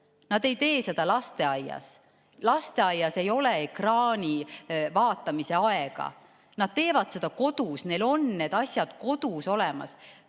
Nad ei tee seda lasteaias. Lasteaias ei ole ekraani vaatamise aega. Nad teevad seda kodus, neil on need asjad kodus olemas.